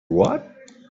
what